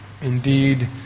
indeed